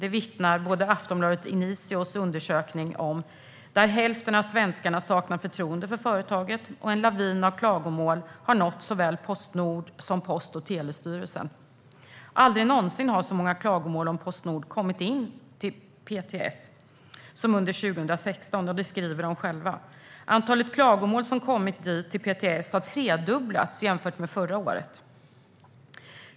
Det vittnar Aftonbladet Inizios undersökning om, där hälften av svenskarna saknar förtroende för företaget, och en lavin av klagomål har nått såväl Postnord som Post och telestyrelsen. Aldrig någonsin har så många klagomål om Postnord kommit in till PTS som under 2016. Det skriver de själva. Antalet klagomål som kommit till PTS har tredubblats jämfört med året innan.